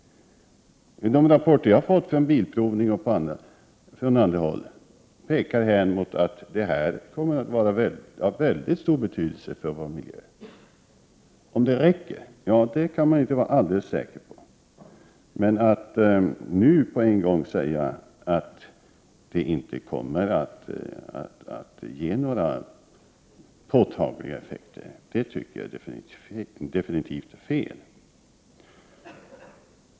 De rapporter som vi har fått från Bilprovning och från andra pekar mot att det här kommer att ha mycket stor betydelse för vår miljö. Om det räcker kan man inte vara alldeles säker på, men att nu på en gång säga att det inte kommer att ge några påtagliga effekter tycker jag absolut är fel.